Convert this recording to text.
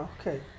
okay